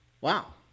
Wow